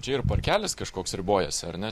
čia ir parkelis kažkoks ribojasi ar ne